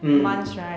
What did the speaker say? mm